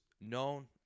known